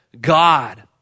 God